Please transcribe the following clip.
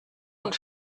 und